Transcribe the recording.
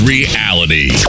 Reality